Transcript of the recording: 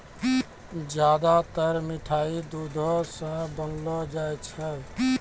ज्यादातर मिठाय दुधो सॅ बनौलो जाय छै